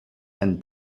and